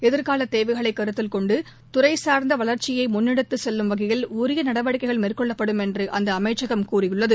எதிர்கால தேவைகளை கருத்தில் கொன்டு துறை சார்ந்த வளர்ச்சியை முன்னெடுத்து செல்லும் வகையில் உரிய நடவடிக்கைகள் மேற்கொள்ளப்படும் என்று அந்த அமைச்சகம் தெரிவித்துள்ளது